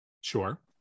Sure